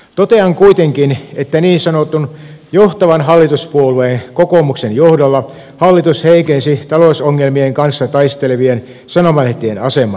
totean kuitenkin että niin sanotun johtavan hallituspuolueen kokoomuksen johdolla hallitus heikensi talousongelmien kanssa taistelevien sanomalehtien asemaa